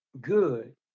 good